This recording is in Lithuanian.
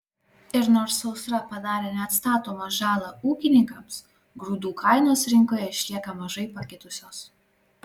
ir nors sausra padarė neatstatomą žalą ūkininkams grūdų kainos rinkoje išlieka mažai pakitusios